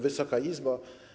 Wysoka Izbo!